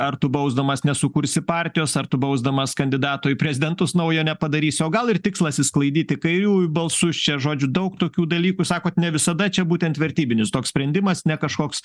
ar tu bausdamas nesukursi partijos ar tu bausdamas kandidato į prezidentus naujo nepadarysi o gal ir tikslas išsklaidyti kairiųjų balsus čia žodžiu daug tokių dalykų sakot ne visada čia būtent vertybinis toks sprendimas ne kažkoks